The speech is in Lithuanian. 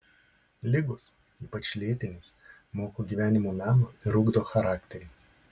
ligos ypač lėtinės moko gyvenimo meno ir ugdo charakterį